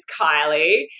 Kylie